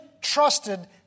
trusted